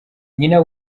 nyina